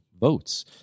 votes